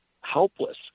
helpless